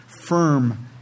firm